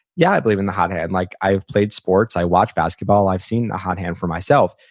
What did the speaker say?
yeah, i believe in the hot hand, like i have played sports, i watch basketball, i've seen the hot hand for myself,